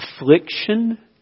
Affliction